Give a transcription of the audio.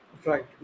Right